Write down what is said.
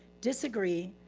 disagree,